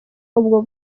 ubwo